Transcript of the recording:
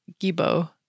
Gibo